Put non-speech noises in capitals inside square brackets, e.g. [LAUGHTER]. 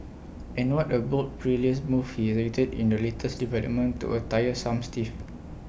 and what A bold perilous move he executed in the latest development to A [UNINTELLIGIBLE] tiff